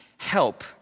help